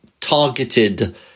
targeted